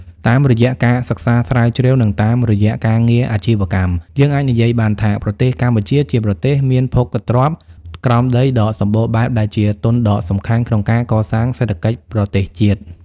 តាមរយៈការសិក្សាស្រាវជ្រាវ និងតាមរយៈការងារអាជីវកម្ម យើងអាចនិយាយបានថា ប្រទេសកម្ពុជាជាប្រទេសមានភោគទ្រព្យក្រោមដីដ៏សម្បូរបែបដែលជាទុនដ៏សំខាន់ក្នុងការកសាងសេដ្ឋកិច្ចប្រទេសជាតិ។